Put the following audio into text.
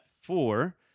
four